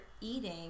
eating